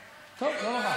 טוב, לא נורא.